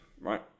Right